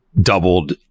doubled